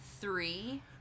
Three